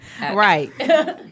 right